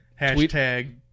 Hashtag